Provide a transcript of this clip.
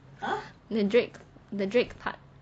the drake the drake part